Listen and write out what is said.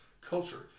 culture